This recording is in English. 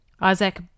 isaac